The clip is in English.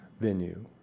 venue